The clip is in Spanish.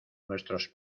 nuestros